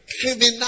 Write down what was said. criminal